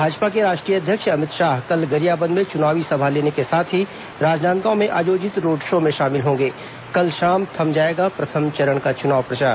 भाजपा के राष्ट्रीय अध्यक्ष अमित शाह कल गरियाबंद में चुनावी सभा लेने के साथ ही राजनांदगांव में आयोजित रोड शो में होंगे शामिल कल शाम थम जाएगा प्रथम चरण का चुनाव प्रचार